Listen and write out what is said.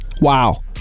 Wow